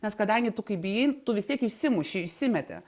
nes kadangi tu kai bijai tu vis tiek išsimuši išsimeti